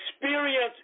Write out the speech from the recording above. Experience